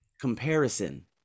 comparison